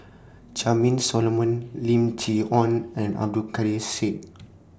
Charmaine Solomon Lim Chee Onn and Abdul Kadir Syed